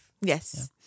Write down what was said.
Yes